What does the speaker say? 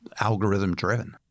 algorithm-driven